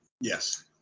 Yes